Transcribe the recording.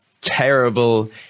terrible